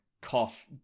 Cough